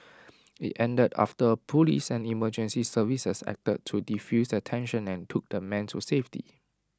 IT ended after Police and emergency services acted to defuse the tension and took the man to safety